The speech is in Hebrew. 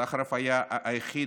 סחרוב היה היחיד